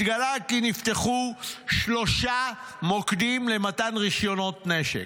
התגלה כי נפתחו שלושה מוקדים למתן רישיונות נשק.